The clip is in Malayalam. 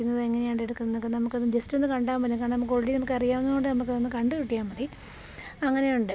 അത് എങ്ങനെയാണ് എടുക്കുന്നതൊക്കെ നമക്ക് ജസ്റ്റ് ഒന്ന് കണ്ടാല് മതി കാരണം നമുക്ക് ആൾറെഡി നമുക്ക് അറിയാവുന്നോണ്ട് നമുക്കതൊന്ന് കണ്ടുകിട്ടിയാല് മതി അങ്ങനെയുണ്ട്